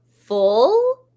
Full